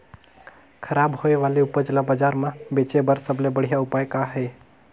खराब होए वाले उपज ल बाजार म बेचे बर सबले बढ़िया उपाय का हे?